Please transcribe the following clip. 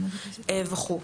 דבר נוסף,